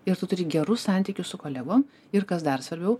ir turi gerus santykius su kolegom ir kas dar svarbiau